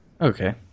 Okay